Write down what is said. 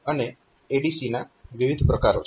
અને ADC ના વિવિધ પ્રકારો છે